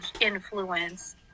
influence